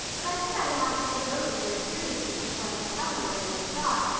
but i said i would have to think it over very seriously before i could tell her what i really thought.